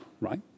right